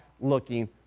looking